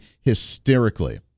hysterically